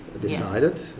decided